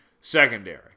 secondary